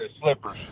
slippers